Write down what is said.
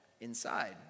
Inside